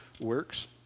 works